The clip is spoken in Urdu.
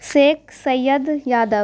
سیک سید یادو